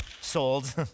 Sold